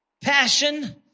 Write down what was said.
Passion